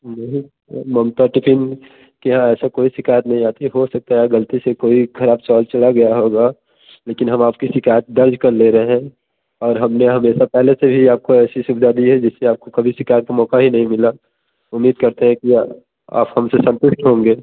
देखिए ममता टिफ़िन के यहाँ ऐसा कोई शिकायत नहीं आती हो सकता है गलती से कोई खराब चावल चला गया होगा लेकिन हम आपकी शिकायत दर्ज कर ले रहे हैं और हमने हमेशा पहले से भी आपको ऐसी सुविधा दी है जिससे आपको कभी शिकायत का मौका ही नहीं मिला उम्मीद करते हैं कि आ आप हमसे संतुष्ट होंगे